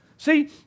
See